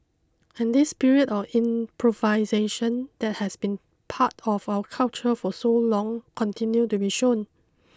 and this spirit of improvisation that has been part of our culture for so long continued to be shown